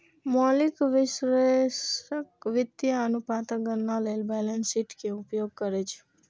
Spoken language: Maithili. मौलिक विश्लेषक वित्तीय अनुपातक गणना लेल बैलेंस शीट के उपयोग करै छै